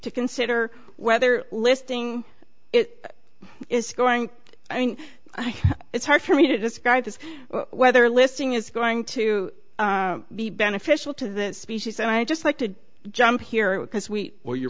to consider whether listing it is going i mean it's hard for me to describe this whether listing is going to be beneficial to the species and i just like to jump here because we well you're